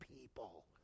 people